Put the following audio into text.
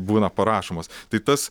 būna parašomos tai tas